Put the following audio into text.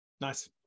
Nice